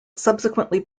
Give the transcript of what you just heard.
subsequently